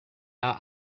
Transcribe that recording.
out